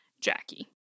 Jackie